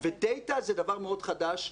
ודאטה זה דבר מאוד חדש,